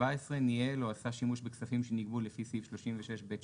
(17) ניהל או עשה שימוש בכספים שנגבו לפי סעיף 36(ב2)